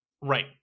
Right